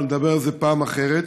אבל נדבר על זה פעם אחרת.